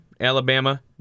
Alabama